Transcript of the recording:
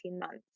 months